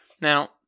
Now